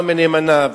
לא מנאמניו,